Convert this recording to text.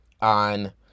on